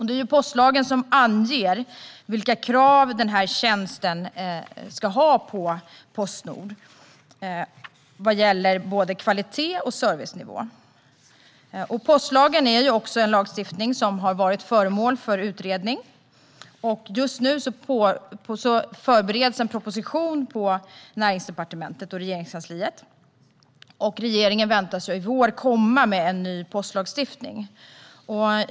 Det är postlagen som anger vilka krav Postnord ska uppfylla bland annat vad gäller kvalitet och servicenivå. Postlagen har också varit föremål för utredning, och just nu förbereds en proposition på Näringsdepartementet. Regeringen väntas i vår komma med förslag på en ny postlagstiftning.